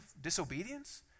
disobedience